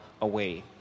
away